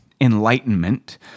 enlightenment